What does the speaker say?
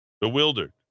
bewildered